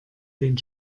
den